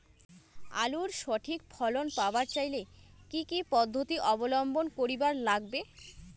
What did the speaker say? আলুর সঠিক ফলন পাবার চাইলে কি কি পদ্ধতি অবলম্বন করিবার লাগবে?